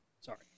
sorry